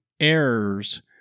errors